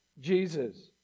Jesus